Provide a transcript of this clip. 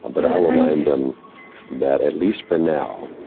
ah but i'll remind them that at least for now,